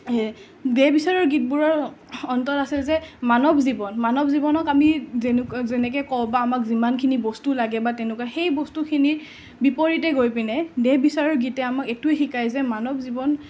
দেহ বিচাৰৰ গীতবোৰৰ অন্তৰ আছে যে মানৱ জীৱন মানৱ জীৱনক আমি যেনেকুৱা যেনেকৈ কওঁ বা আমাক যিমানখিনি বস্তু লাগে বা তেনেকুৱা সেই বস্তুখিনি বিপৰীতে গৈ পিনেই দেহ বিচাৰৰ গীতে আমাক এইটোয়েই শিকাই যে মানৱ জীৱন